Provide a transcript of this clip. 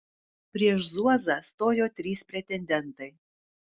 prieš zuozą stojo trys pretendentai